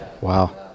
Wow